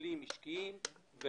שיקולים משקיים.